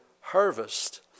harvest